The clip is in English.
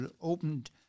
opened